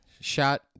shot